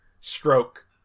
stroke